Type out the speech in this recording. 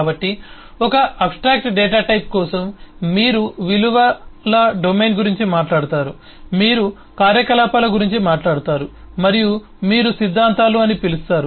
కాబట్టి ఒక ADT కోసం మీరు విలువల డొమైన్ గురించి మాట్లాడుతారు మీరు కార్యకలాపాల గురించి మాట్లాడుతారు మరియు మీరు సిద్ధాంతాలు అని పిలుస్తారు